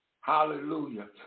Hallelujah